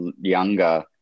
younger